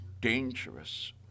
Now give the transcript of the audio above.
dangerous